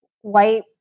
white